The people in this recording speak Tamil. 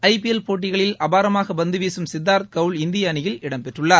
ஐ பி எல் போட்டிகளில் அபாரமாக பந்து வீகம் சித்தார்த் கௌல் இந்திய அணியில் இடம்பெற்றுள்ளார்